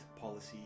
policy